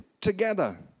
together